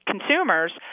consumers